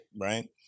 Right